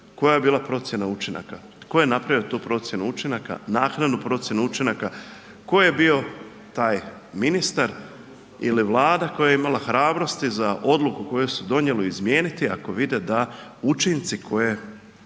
Koja je bila procjena učinaka? Tko je napravio tu procjenu učinaka? Naknadu procjenu učinaka, tko je bio taj ministar ili Vlada koja je imala hrabrosti za odluku koju su donijeli izmijeniti ako vide da učinci koje